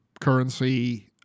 currency